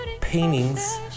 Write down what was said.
paintings